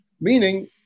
meaning